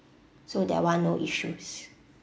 so that [one] no issues